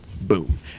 Boom